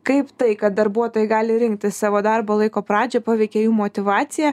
kaip tai kad darbuotojai gali rinktis savo darbo laiko pradžią paveikė jų motyvaciją